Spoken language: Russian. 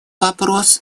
вопрос